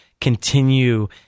continue